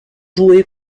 joué